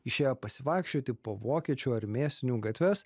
išėję pasivaikščioti po vokiečių ar mėsinių gatves